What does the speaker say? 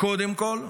קודם כול,